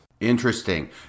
Interesting